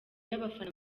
y’abafana